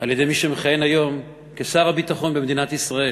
על-ידי מי שמכהן היום כשר הביטחון במדינת ישראל,